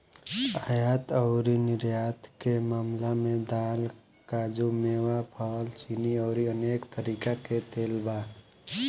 आयात अउरी निर्यात के मामला में दाल, काजू, मेवा, फल, चीनी अउरी अनेक तरीका के तेल बा